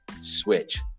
switch